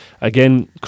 again